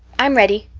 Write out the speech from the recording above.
i'm ready.